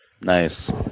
Nice